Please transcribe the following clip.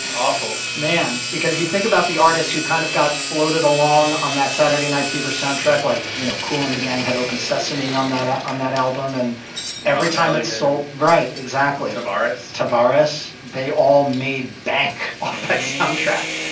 awful man. because you think about the artists who kind of got floated along on that saturday night fever soundtrack like, you know, kool and the gang had open sesame on that on that album and every time it sold. right. exactly. tavares. tavares. they all made back off that soundtrack.